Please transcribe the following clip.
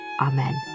Amen